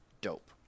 dope